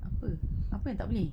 apa apa yang tak boleh